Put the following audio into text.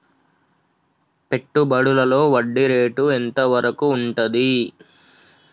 పెట్టుబడులలో వడ్డీ రేటు ఎంత వరకు ఉంటది?